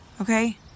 okay